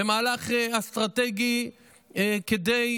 במהלך אסטרטגי כדי